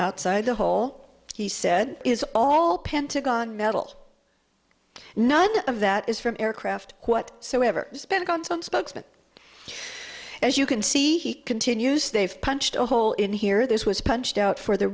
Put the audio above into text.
outside the hole he said is all pentagon metal none of that is from aircraft what so ever spent on some spokesman as you can see he continues they've punched a hole in here this was punched out for the